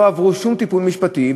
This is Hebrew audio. לא עברו שום טיפול משפטי,